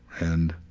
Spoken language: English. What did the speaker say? and,